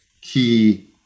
key